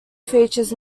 features